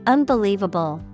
Unbelievable